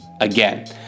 again